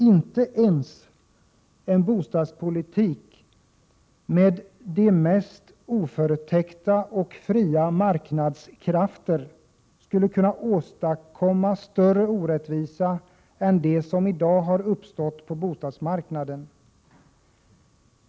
Inte ens en bostadspolitik med de mest oförtäckta och fria marknadskrafter skulle kunna åstadkomma större orättvisa än de orättvisor som i dag uppstått på bostadsmarknaden.